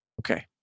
Okay